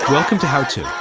welcome to how to.